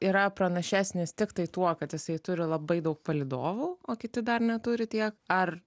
yra pranašesnis tiktai tuo kad jisai turi labai daug palydovų o kiti dar neturi tiek ar